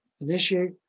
Initiate